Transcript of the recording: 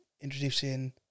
introducing